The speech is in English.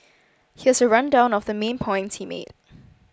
here's a rundown of the main points he made